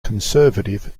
conservative